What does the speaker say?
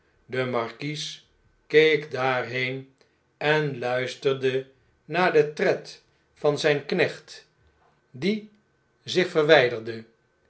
de markies keek daarheen en luisterde naar den tred van zy'n knecht die zich verwyderde